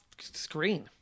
screen